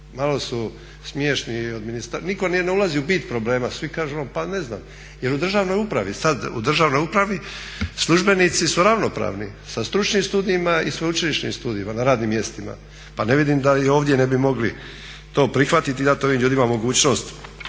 malo su smiješni. Nitko ne ulazi u bit problema, svi kažemo pa ne znam. Jer u državnoj upravi službenici su ravnopravni sa stručnim studijima i sveučilišnim studijima na radnim mjestima. Pa ne vidim da i ovdje ne bi mogli to prihvatiti i dati ovim ljudima mogućnost